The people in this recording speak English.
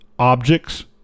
Objects